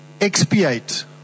expiate